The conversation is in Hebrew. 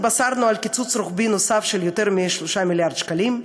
התבשרנו על קיצוץ רוחבי נוסף של יותר מ-3 מיליארד שקלים,